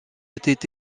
était